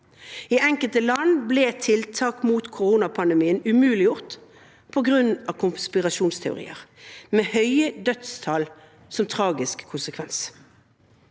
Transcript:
I enkelte land ble tiltak mot koronapandemien umuliggjort på grunn av konspirasjonsteorier, med høye dødstall som tragisk konsekvens.